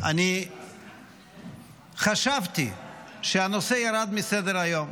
אני חשבתי שהנושא ירד מסדר-היום.